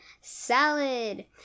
salad